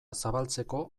zabaltzeko